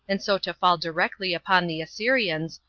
and so to fall directly upon the assyrians,